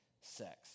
sex